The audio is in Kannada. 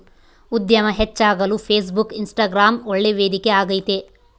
ಉದ್ಯಮ ಹೆಚ್ಚಾಗಲು ಫೇಸ್ಬುಕ್, ಇನ್ಸ್ಟಗ್ರಾಂ ಒಳ್ಳೆ ವೇದಿಕೆ ಆಗೈತೆ